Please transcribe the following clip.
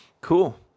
Cool